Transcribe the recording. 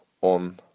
On